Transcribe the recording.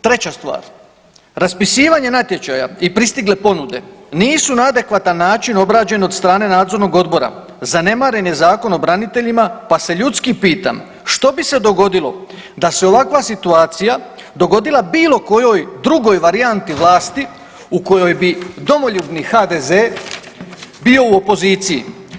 Treća stvar, raspisivanje natječaja i pristigle ponude nisu na adekvatan način obrađene od strane nadzornog odbora, zanemaren je Zakon o braniteljima pa se ljudski pitam što bi se dogodilo da se ovakva situacija dogodila bilo kojoj drugoj varijanti vlasti u kojoj bi domoljubni HDZ bio u opoziciji.